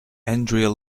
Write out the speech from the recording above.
andrea